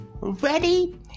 ready